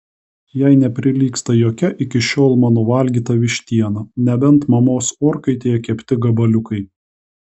jai neprilygsta jokia iki šiol mano valgyta vištiena nebent mamos orkaitėje kepti gabaliukai